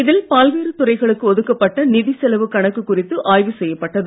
இதில் பல்வேறு துறைகளுக்கு ஒதுக்கப்பட்ட நிதி செலவு கணக்கு குறித்து ஆய்வு செய்யப்பட்டது